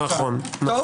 נכון.